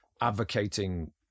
advocating